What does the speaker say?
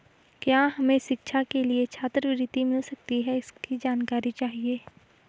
क्या हमें शिक्षा के लिए छात्रवृत्ति मिल सकती है इसकी जानकारी चाहिए?